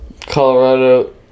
Colorado